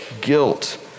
guilt